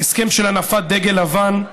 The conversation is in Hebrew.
הסכם של הנפת דגל לבן.